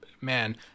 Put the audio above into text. man